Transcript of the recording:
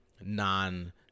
non